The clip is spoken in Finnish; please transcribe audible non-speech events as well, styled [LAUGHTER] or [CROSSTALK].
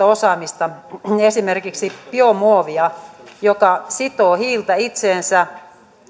[UNINTELLIGIBLE] osaamista esimerkiksi biomuovia joka sitoo hiiltä itseensä